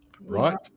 Right